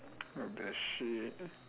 what the shit